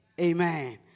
Amen